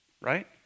right